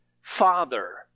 father